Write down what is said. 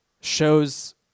shows